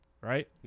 right